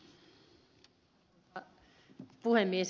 arvoisa puhemies